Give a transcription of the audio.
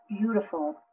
beautiful